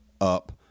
up